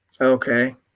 Okay